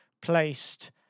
placed